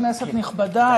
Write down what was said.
כנסת נכבדה,